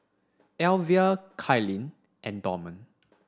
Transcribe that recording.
Alyvia Kylene and Dorman